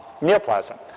neoplasm